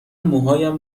موهایم